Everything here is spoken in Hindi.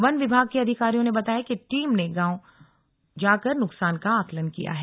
वन विभाग के अधिकारियों ने बताया कि टीम ने गांव जाकर नुकसान का आकलन किया है